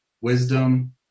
wisdom